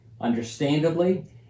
understandably